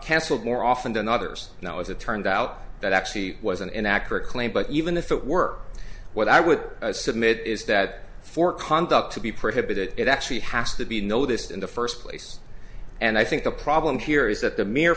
canceled more often than others now as it turned out that actually was an inaccurate claim but even if it worked what i would submit is that for conduct to be prohibited it actually has to be know this in the first place and i think the problem here is that the mere